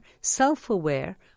self-aware